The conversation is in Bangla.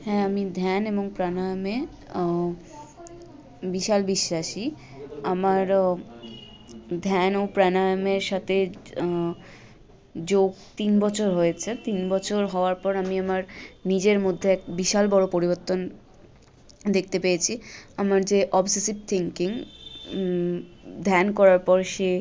হ্যাঁ আমি ধ্যান এবং প্রাণায়ামে বিশাল বিশ্বাসী আমার ধ্যান ও প্রাণায়ামের সাথে যোগ তিন বছর হয়েছে তিন বছর হওয়ার পর আমি আমার নিজের মধ্যে এক বিশাল বড়ো পরিবর্তন দেখতে পেয়েছি আমার যে অবসেসিভ থিঙ্কিং ধ্যান করার পর সে